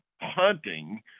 hunting